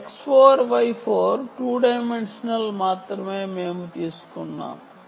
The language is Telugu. X4 Y 4 2 డైమెన్షనల్ మాత్రమే మేము తీసుకున్నాము